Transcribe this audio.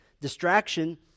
distraction